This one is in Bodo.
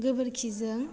गोबोरखिजों